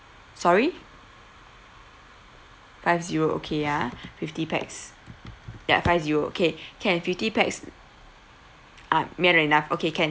sorry five zero okay uh fifty pax ya five zero okay can fifty pax ah more than enough okay can